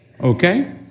Okay